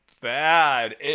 bad